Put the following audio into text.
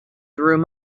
through